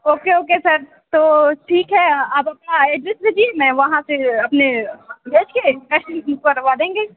okay okay sir तो ठीक है आप अपना एड्रेस भेजिए मैं वहाँ से अपने भेजकर करवा देंगे